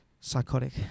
Psychotic